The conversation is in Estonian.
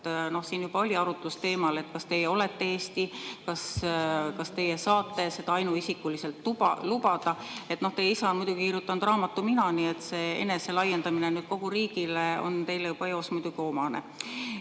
Siin juba oli arutlus teemal, kas teie olete Eesti, kas teie saate seda ainuisikuliselt lubada. Teie isa on kirjutanud raamatu "Mina", nii et see enese laiendamine kogu riigile on teile juba eos muidugi omane.